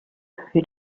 who